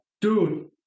dude